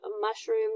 mushroom